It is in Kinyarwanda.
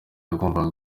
yagombaga